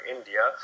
India